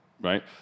right